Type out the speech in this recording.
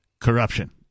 corruption